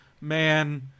man